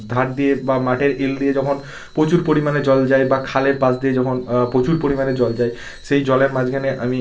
ধার দিয়ে বা মাঠের এল দিয়ে যখন প্রচুর পরিমানে জল যায় বা খালের পাশ দিয়ে যখন প্রচুর পরিমাণে জল যায় সেই জলের মাঝখানে আমি